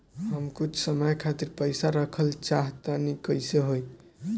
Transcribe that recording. हम कुछ समय खातिर पईसा रखल चाह तानि कइसे होई?